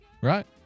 right